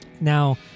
Now